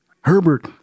Herbert